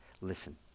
listen